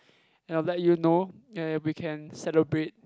and I'll let you know and we can celebrate